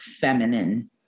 feminine